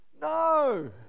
no